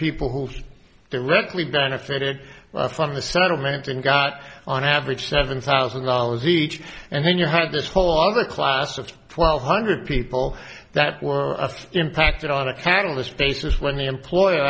who've directly benefited from the settlements and got on average seven thousand dollars each and then you had this whole other class of twelve hundred people that were impacted on a catalyst basis when the employer